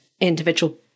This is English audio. individual